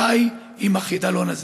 די עם החידלון הזה.